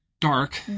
Dark